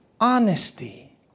honesty